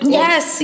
yes